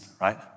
right